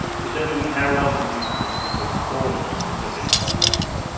determining how well computer systems are performing at specific tasks,